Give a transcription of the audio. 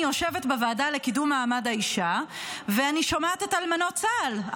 יושבת בוועדה לקידום מעמד האישה ואני שומעת את אלמנות צה"ל,